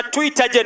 Twitter